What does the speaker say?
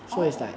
oh